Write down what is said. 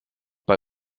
bei